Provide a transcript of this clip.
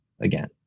again